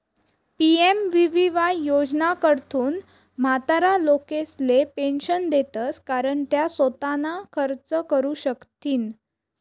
PMVVY योजनाकडथून म्हातारा लोकेसले पेंशन देतंस कारण त्या सोताना खर्च करू शकथीन